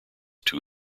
too